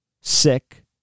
sick